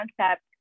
concept